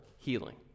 healing